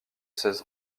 seize